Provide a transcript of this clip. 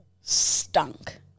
stunk